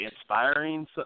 inspiring